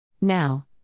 Now